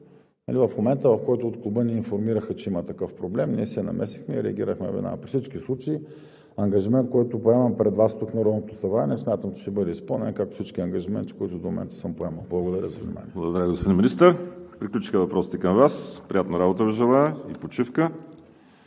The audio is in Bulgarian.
В момента, в който от клуба ни информираха, че има такъв проблем, ние се намесихме и реагирахме веднага. При всички случаи ангажиментът, който поемам пред Вас тук, в Народното събрание, смятам, че ще бъде изпълнен, както всички ангажименти, които до момента съм поемал. Благодаря за вниманието. ПРЕДСЕДАТЕЛ ВАЛЕРИ СИМЕОНОВ: Благодаря, господин Министър. Приключиха въпросите към Вас. Приятна работа Ви желая и почивка.